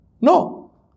No